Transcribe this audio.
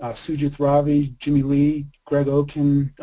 ah sujith ravi, jimmy li, greg okin,